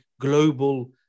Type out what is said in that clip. global